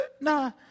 Nah